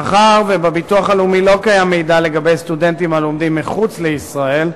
מאחר שבביטוח הלאומי לא קיים מידע על סטודנטים הלומדים מחוץ לישראל,